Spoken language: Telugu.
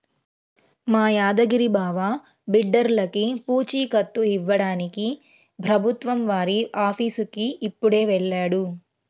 మా యాదగిరి బావ బిడ్డర్లకి పూచీకత్తు ఇవ్వడానికి ప్రభుత్వం వారి ఆఫీసుకి ఇప్పుడే వెళ్ళాడు